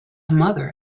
mother